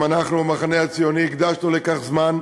גם אנחנו, המחנה הציוני, הקדשנו לכך זמן,